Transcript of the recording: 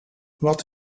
wat